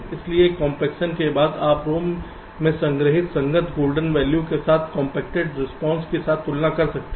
इसलिए कॉम्पेक्शन के बाद आप ROM में संग्रहित संगत गोल्डन वैल्यू के साथ कंपैक्टेड रिस्पांस के साथ तुलना करते हैं